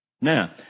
Now